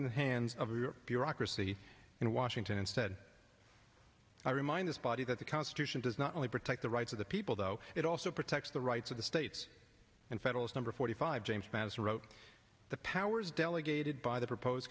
in the hands of your bureaucracy in washington and said i remind this body that the constitution does not only protect the rights of the people though it also protects the rights of the states and federal is number forty five james madison wrote the powers delegated by the proposed